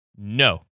No